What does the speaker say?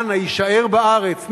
אנא הישאר בארץ,